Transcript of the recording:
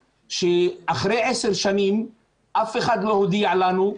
שאחרי עשר שנים אף אחד לא הודיע לנו,